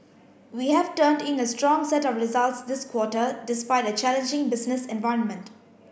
we have turned in a strong set of results this quarter despite a challenging business environment